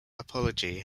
apology